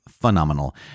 phenomenal